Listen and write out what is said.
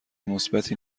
مثبتی